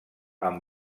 amb